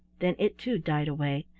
then it too died away,